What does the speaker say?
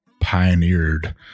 pioneered